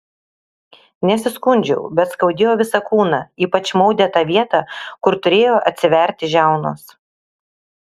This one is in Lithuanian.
nesiskundžiau bet skaudėjo visą kūną ypač maudė tą vietą kur turėjo atsiverti žiaunos